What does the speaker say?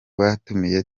batumiye